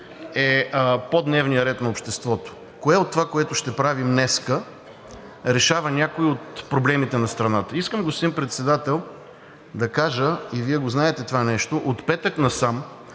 е по дневния ред на обществото, кое от това, което ще правим днес, решава някои от проблемите на страната? Искам да кажа, господин Председател – и Вие го знаете това нещо, от петък насам